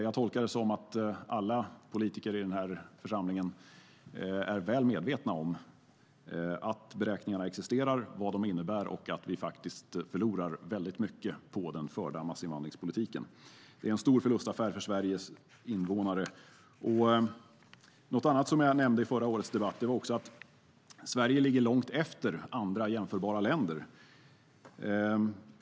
Jag tolkar det som att alla politiker i den här församlingen är väl medvetna om att beräkningarna existerar, vad de innebär och att vi faktiskt förlorar väldigt mycket på den förda massinvandringspolitiken. Det är en stor förlustaffär för Sveriges invånare. Något annat jag nämnde i förra årets debatt är att Sverige ligger långt efter andra jämförbara länder.